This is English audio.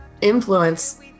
influence